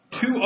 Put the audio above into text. two